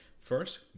First